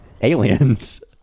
aliens